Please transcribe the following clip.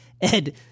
Ed